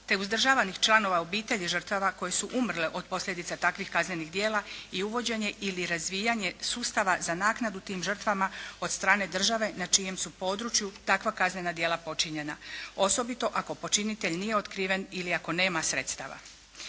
te uzdržavanih članova obitelji žrtava koje su umrle od posljedica takvih kaznenih djela i uvođenje ili razvijanje sustava za naknadu tim žrtvama od strane države na čijem su području takva kaznena djela počinjena osobito ako počinitelj nije otkriven ili ako nema sredstava.